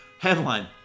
Headline